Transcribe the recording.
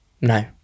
No